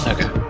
Okay